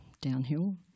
downhill